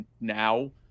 now